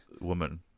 woman